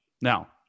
Now